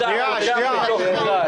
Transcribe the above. (הבית היהודי - האיחוד הלאומי):